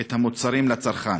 את המוצרים לצרכן.